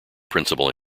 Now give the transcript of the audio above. principal